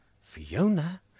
Fiona